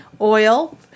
oil